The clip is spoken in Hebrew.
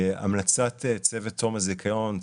המלצת צוות תום הזיכיון,